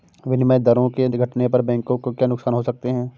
विनिमय दरों के घटने पर बैंकों को क्या नुकसान हो सकते हैं?